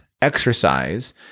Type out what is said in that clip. exercise